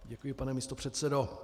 Děkuji, pane místopředsedo.